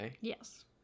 Yes